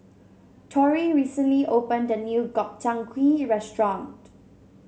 Torrey recently opened a new Gobchang Gui Restaurant